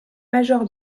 major